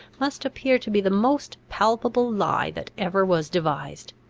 must appear to be the most palpable lie that ever was devised.